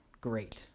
great